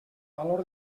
valor